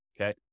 okay